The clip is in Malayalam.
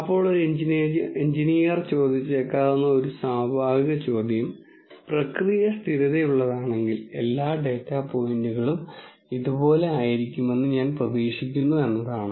അപ്പോൾ ഒരു എഞ്ചിനീയർ ചോദിച്ചേക്കാവുന്ന ഒരു സ്വാഭാവിക ചോദ്യം പ്രക്രിയ സ്ഥിരതയുള്ളതാണെങ്കിൽ എല്ലാ ഡാറ്റാ പോയിന്റുകളും ഇതുപോലെ ആയിരിക്കുമെന്ന് ഞാൻ പ്രതീക്ഷിക്കുന്നു എന്നതാണ്